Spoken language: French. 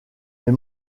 puis